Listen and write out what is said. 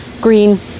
green